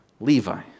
Levi